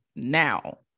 now